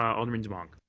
alderman demong.